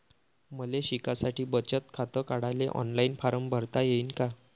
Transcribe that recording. मले शिकासाठी बचत खात काढाले ऑनलाईन फारम भरता येईन का?